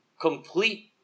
complete